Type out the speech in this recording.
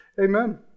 Amen